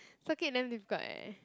circuit damn difficult eh